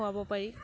খুৱাব পাৰি